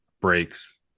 breaks